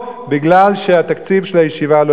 כדי לכסות את התקציב הזעום של הישיבה.